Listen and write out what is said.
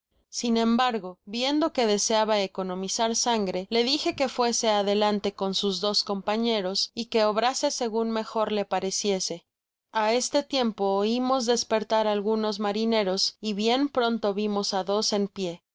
sin embargo viendo que deseaba economizar sangre le dije que fuese adelante con sus dos compañeros y que obrase segun mejor le pareciese a este tiempo oimos despertar algunos marineros y bien pronto vimos á dos en pié